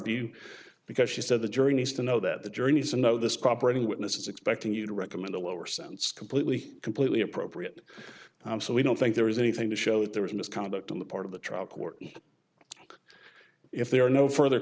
view because she said the jury needs to know that the jury needs to know this proper any witness is expecting you to recommend a lower sentence completely completely appropriate so we don't think there is anything to show that there was misconduct on the part of the trial court if there are no further